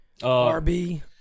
RB